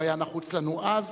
הוא היה נחוץ לנו אז,